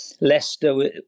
Leicester